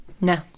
No